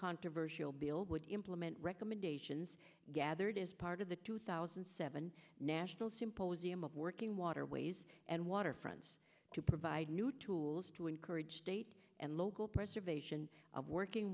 controversial bill would implement recommendations gathered as part of the two thousand and seven national symposium of working waterways and waterfronts to provide new tools to encourage state and local preservation of working